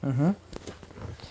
mmhmm